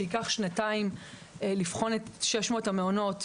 שייקח שנתיים לבחון את 6,000 המעונות,